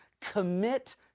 commit